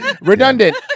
Redundant